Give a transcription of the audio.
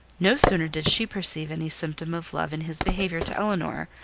no sooner did she perceive any symptom of love in his behaviour to elinor,